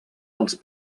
els